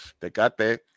Tecate